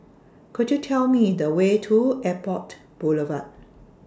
Could YOU Tell Me The Way to Airport Boulevard